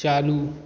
चालू